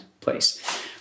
place